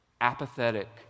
Apathetic